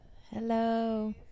Hello